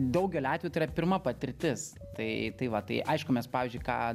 daugeliu atvejų tai yra pirma patirtis tai tai va tai aišku mes pavyzdžiui ką